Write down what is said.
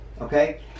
okay